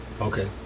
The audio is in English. Okay